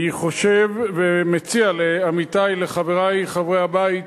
אני חושב ומציע לעמיתי, לחברי חברי הבית,